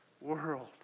world